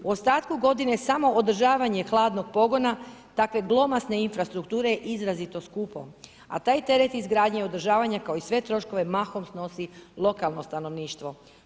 U ostatku godine samoodržavanje hladnog pogona takve glomazne infrastrukture izrazito je skupo a taj teret izgradnje održavanja kao i sve troškove mahom snosi lokalno stanovništvo.